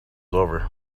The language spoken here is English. over